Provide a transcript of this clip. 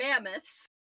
mammoths